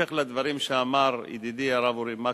בהמשך לדברים שאמר ידידי הרב אורי מקלב.